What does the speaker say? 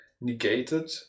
negated